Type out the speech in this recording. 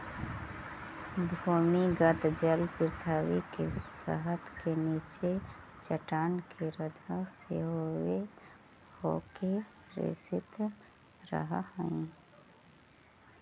भूमिगत जल पृथ्वी के सतह के नीचे चट्टान के रन्ध्र से होके रिसित रहऽ हई